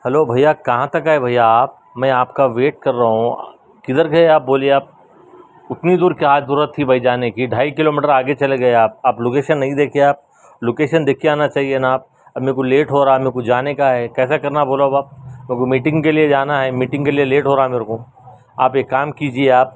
hello بھیّا کہاں تک آئے بھیّا آپ میں آپ کا ویٹ کر رہا ہوں کدھر گئے آپ بولیے آپ اتنی دور کیا ضرورت تھی بھائی جانے کی ڈھائی کلو میٹر آگے چلے گئے آپ آپ لوکیشن نہیں دیکھے آپ لوکیشن دیکھ کے آنا چاہیے نا آپ اب میرے کو لیٹ ہو رہا ہے میرے کو جانے کا ہے کیسا کرنا ہے بولو اب آپ میٹنگ کے لیے جانا ہے میٹنگ کے لیے لیٹ ہو رہا ہے میرے کو آپ ایک کام کیجیے آپ